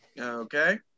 Okay